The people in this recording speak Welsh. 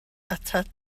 atat